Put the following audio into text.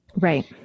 Right